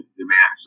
demand